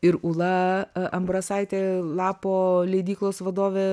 ir ūla ambrasaitė lapo leidyklos vadovė